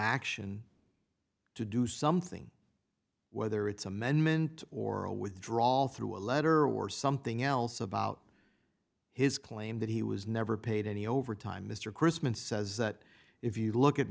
action to do something whether it's amendment or a with drawl through a letter or something else about his claim that he was never paid any overtime mr crisman says that if you look at